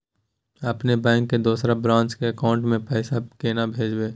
अपने बैंक के दोसर ब्रांच के अकाउंट म पैसा केना भेजबै?